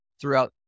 throughout